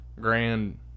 Grand